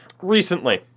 Recently